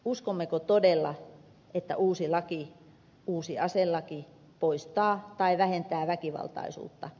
uskommeko todella että uusi aselaki poistaa tai vähentää väkivaltaisuutta